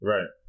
Right